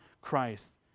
Christ